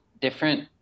different